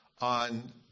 on